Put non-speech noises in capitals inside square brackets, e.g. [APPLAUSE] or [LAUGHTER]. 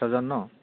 [UNINTELLIGIBLE] ন